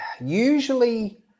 usually